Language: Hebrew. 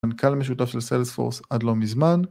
מנכ״ל משותף של Salesforce עד לא מזמן